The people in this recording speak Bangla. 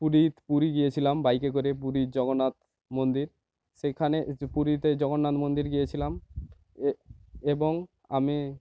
পুরী পুরী গিয়েছিলাম বাইকে করে পুরীর জগন্নাথ মন্দির সেইখানে পুরীতে জগন্নাথ মন্দির গিয়েছিলাম এবং আমি